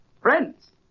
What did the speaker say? Friends